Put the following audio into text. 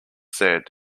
said